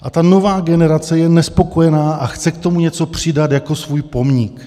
A ta nová generace je nespokojená a chce k tomu něco přidat jako svůj pomník.